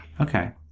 Okay